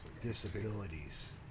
disabilities